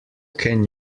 can